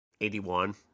81